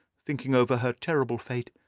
thinking over her terrible fate,